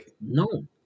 No